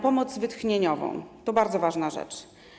Pomoc wytchnieniowa to bardzo ważna rzecz.